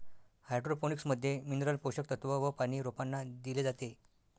hydroponics मध्ये mineral पोषक तत्व व पानी रोपांना दिले जाते